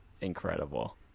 incredible